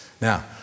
Now